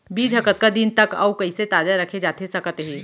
बीज ह कतका दिन तक अऊ कइसे ताजा रखे जाथे सकत हे?